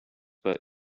but